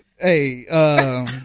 Hey